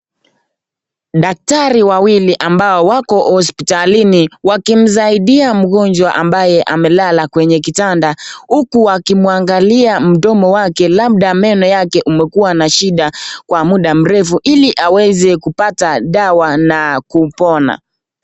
Daktari wawili ambao wako hospitalini wakimsaidia mgonjwa ambaye amelala kwenye kitanda, huku wakimwangalia mdomo wake labda meno yake imekuwa na shida kwa muda mrefu hili aweze kupata dawa na kupona.